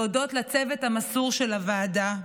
להודות לצוות המסור של הוועדה,